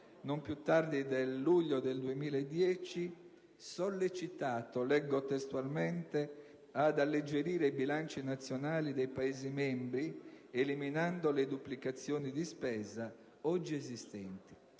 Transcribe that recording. non più tardi del luglio 2010 - leggo testualmente - «ad alleggerire i bilanci nazionali dei Paesi membri, eliminando le duplicazioni di spesa oggi esistenti».